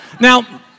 Now